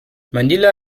manila